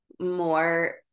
more